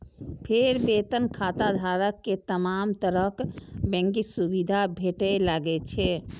फेर वेतन खाताधारक कें तमाम तरहक बैंकिंग सुविधा भेटय लागै छै